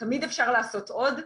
תמיד אפשר לעשות עוד,